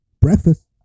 Breakfast